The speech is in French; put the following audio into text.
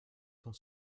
tant